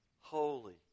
holy